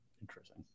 Interesting